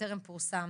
וטרם פורסם